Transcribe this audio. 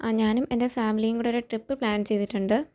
ആ ഞാനും എൻ്റെ ഫാമിലിയും കൂടെ ഒരു ട്രിപ്പ് പ്ലാൻ ചെയ്തിട്ടുണ്ട്